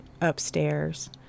upstairs